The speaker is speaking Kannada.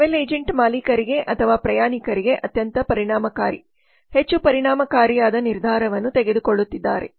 ಟ್ರಾವೆಲ್ ಏಜೆಂಟ್ ಮಾಲೀಕರಿಗೆ ಅಥವಾ ಪ್ರಯಾಣಿಕರಿಗಾಗಿ ಅತ್ಯಂತ ಪರಿಣಾಮಕಾರಿ ಹೆಚ್ಚು ಪರಿಣಾಮಕಾರಿಯಾದ ನಿರ್ಧಾರವನ್ನು ತೆಗೆದುಕೊಳ್ಳುತ್ತಿದ್ದಾರೆ